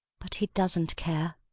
but he doesn't care.